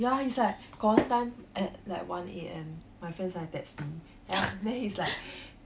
ya he's like got one time at like one am my friends suddenly text me then he's like